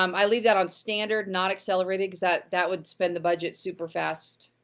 um i leave that on standard, not accelerated, cause that that would spend the budget super fast.